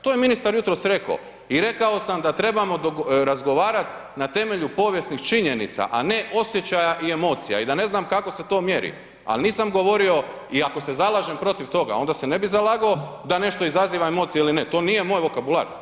To je ministar jutros rekao i rekao sam da trebamo razgovarati na temelju povijesnih činjenica, a ne osjećaja i emocija i da ne znam kako se to mjeri, ali nisam govorio i ako se zalažem protiv toga onda se ne bi zalagao da nešto izaziva emocije ili ne to nije moj vokabular.